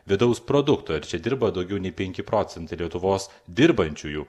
vidaus produkto ir čia dirba daugiau nei penki procentai lietuvos dirbančiųjų